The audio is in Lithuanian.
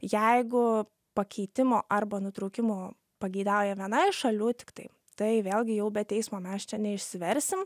jeigu pakeitimo arba nutraukimo pageidauja viena iš šalių tiktai tai vėlgi jau be teismo mes čia neišsiversim